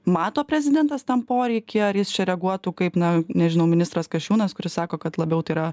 mato prezidentas tam poreikį ar jis reaguotų kaip na nežinau ministras kasčiūnas kuris sako kad labiau tai yra